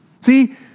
See